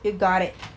you got it